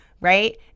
right